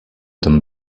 them